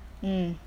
mm